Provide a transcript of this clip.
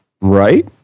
right